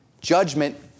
Judgment